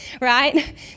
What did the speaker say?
right